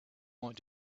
want